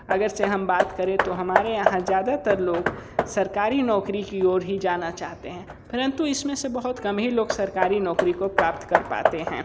अगर से हम बात करें तो हमारे यहाँ ज़्यादातर लोग सरकारी नौकरी की ओर ही जाना चाहते हैं परंतु इसमें से बहुत कम ही लोग सरकारी नौकरी को प्राप्त कर पाते हैं